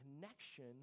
connection